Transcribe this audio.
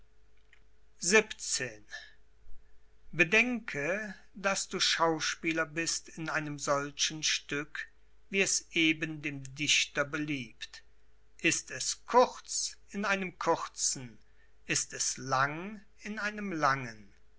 bedenke daß du schauspieler bist in einem solchen stück wie es eben dem dichter beliebt ist es kurz in einem kurzen ist es lang in einem langen